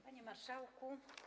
Panie Marszałku!